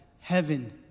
heaven